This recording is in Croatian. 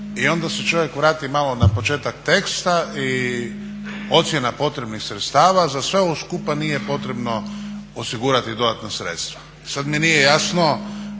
Hvala vam